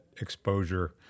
exposure